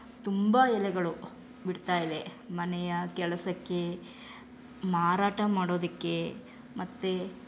ತುಂಬ ಎಲೆಗಳು ಬಿಡ್ತಾಯಿದೆ ಮನೆಯ ಕೆಲಸಕ್ಕೆ ಮಾರಾಟ ಮಾಡೋದಕ್ಕೆ ಮತ್ತೆ